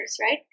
right